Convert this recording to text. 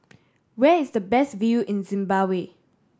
where is the best view in Zimbabwe